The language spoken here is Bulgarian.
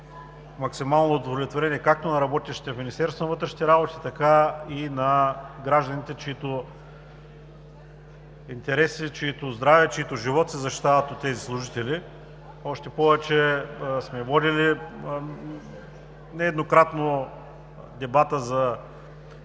максимално удовлетворение както на работещите в Министерството на вътрешните работи, така и на гражданите, чиито интереси, чието здраве, живот се защитават от тези служители, още повече че сме водили нееднократно дебата за